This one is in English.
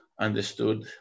understood